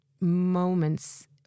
moments